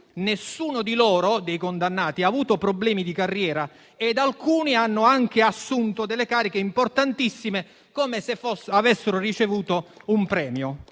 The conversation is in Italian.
nessuno dei condannati ha avuto problemi di carriera ed alcuni hanno anche assunto delle cariche importantissime, come se avessero ricevuto un premio.